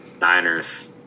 Niners